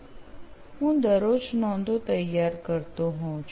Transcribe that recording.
અહીં કરું છે તેમ હું દરરોજ નોંધો તૈયાર કરતો હોઉં છું